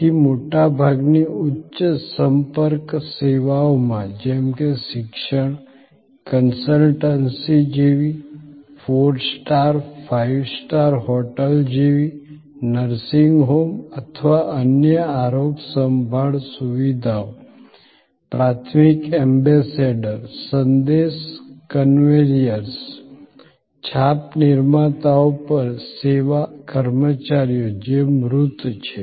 તેથી મોટાભાગની ઉચ્ચ સંપર્ક સેવાઓમાં જેમ કે શિક્ષણ કન્સલ્ટન્સી જેવી four star five star hotel જેવી નર્સિંગ હોમ અથવા અન્ય આરોગ્ય સંભાળ સુવિધાઓ પ્રાથમિક એમ્બેસેડર સંદેશ કન્વેયર્સ છાપ નિર્માતાઓ પરના સેવા કર્મચારીઓ જે મૂર્ત છે